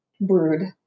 Brood